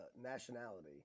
nationality